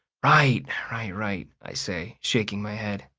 right, right, right, i say, shaking my head.